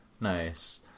Nice